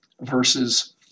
verses